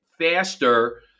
faster